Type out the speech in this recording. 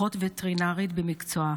אחות וטרינרית במקצועה.